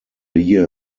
year